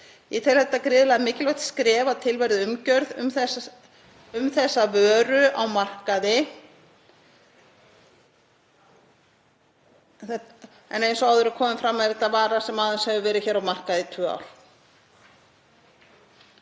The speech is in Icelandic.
Ég tel þetta gríðarlega mikilvægt skref að til verði umgjörð um þessa vöru á markaði en eins og áður hefur komið fram er þetta vara sem aðeins hefur verið hér á markaði í tvö ár.